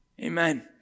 Amen